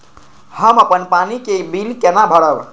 हम अपन पानी के बिल केना भरब?